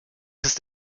ist